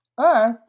earth